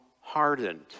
hardened